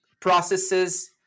processes